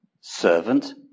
servant